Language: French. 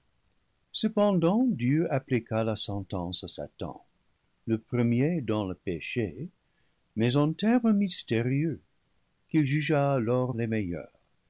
cependant dieu appliqua la sentence à satan le premier dans le péché mais en termes mystérieux qu'il jugea alors les meilleurs